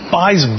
buys